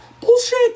Bullshit